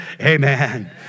amen